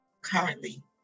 currently